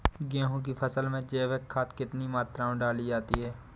गेहूँ की फसल में जैविक खाद कितनी मात्रा में डाली जाती है?